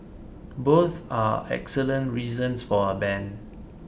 both are excellent reasons for a ban